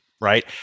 right